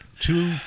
Two